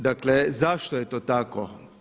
Dakle, zašto je to tako?